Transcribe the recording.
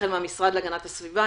החל מהמשרד להגנת הסביבה,